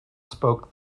spoke